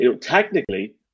Technically